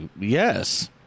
yes